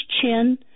chin